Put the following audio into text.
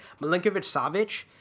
Milinkovic-Savic